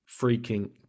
freaking